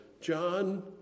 John